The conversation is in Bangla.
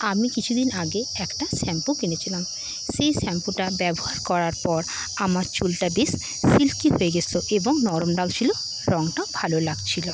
আমি কিছুদিন আগে একটা শ্যাম্পু কিনেছিলাম সেই শ্যাম্পুটা ব্যবহার করার পর আমার চুলটা বেশ সিল্কি হয়ে গেছিল এবং নরম লাগছিলো রঙটাও ভালো লাগছিলো